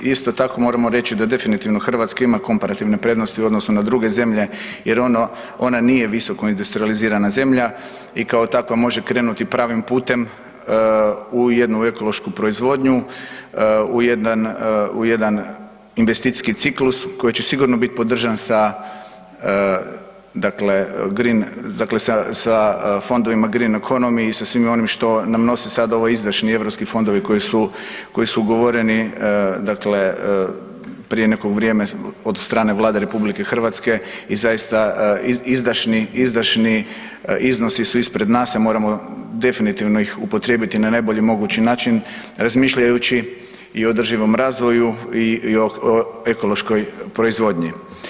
Isto tako, moramo reći da definitivno Hrvatska ima komparativne prednosti u odnosu na druge zemlje jer ona nije visoko industrijalizirana zemlja i kao takva može krenuti pravim putem u jednu ekološku proizvodnju, u jedan investicijski ciklus koji će sigurno biti podržan sa dakle green, dakle sa fondovima green economy i sa svime onime što nam nosi sada ovo izdašniji europski fondovi koji su ugovoreni dakle prije nekog vrijeme od strane Vlade RH i zaista izdašni, izdašni iznosi su ispred nas, a moramo definitivno ih upotrijebiti na najbolji mogući način razmišljajući i o održivom razvoju i o ekološkoj proizvodnji.